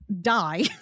die